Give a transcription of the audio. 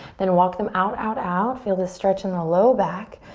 then walk them out, out, out. feel the stretch in the low back.